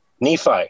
Nephi